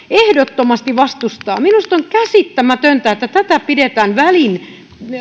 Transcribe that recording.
ehdottomasti vastustaa minusta on käsittämätöntä että tätä pidetään